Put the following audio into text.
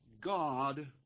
God